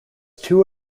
two